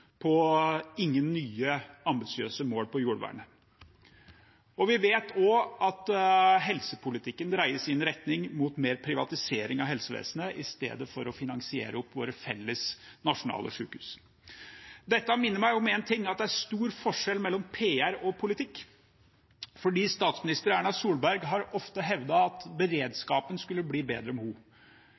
ingen nye ambisiøse mål for jordvernet. Vi vet også at helsepolitikken dreies i retning av mer privatisering av helsevesenet, i stedet for å finansiere opp våre felles nasjonale sykehus. Dette minner meg om én ting, at det er stor forskjell mellom PR og politikk, for statsminister Erna Solberg har ofte hevdet at beredskapen skulle bli bedre